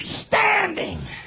Standing